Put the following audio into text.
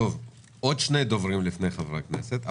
עוד שני דוברים לפני חברי הכנסת,